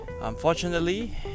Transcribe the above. Unfortunately